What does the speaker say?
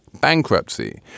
bankruptcy